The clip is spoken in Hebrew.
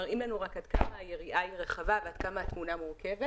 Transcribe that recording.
מראים לנו רק עד כמה היריעה רחבה ועד כמה התמונה מורכבת.